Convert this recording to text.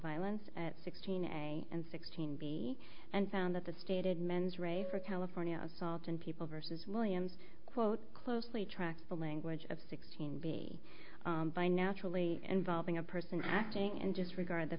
violence at sixteen and sixteen b and found that the stated mens rea for california salt and people versus williams quote closely track the language of sixteen b by naturally involving a person acting and just regard the